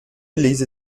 ließe